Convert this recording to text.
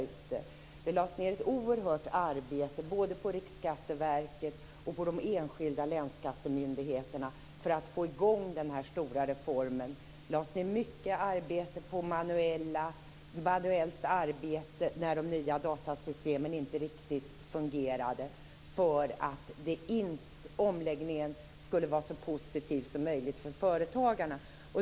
Det lades ned ett oerhört arbete både på Riksskatteverket och på de enskilda länsskattemyndigheterna för att få i gång denna stora reform. Det lades ned mycket manuellt arbete när de nya datasystemen inte riktigt fungerade för att omläggningen skulle vara så positiv som möjligt för företagarna.